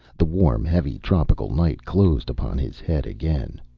the warm, heavy tropical night closed upon his head again.